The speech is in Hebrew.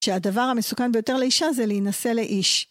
שהדבר המסוכן ביותר לאישה זה להינשא לאיש.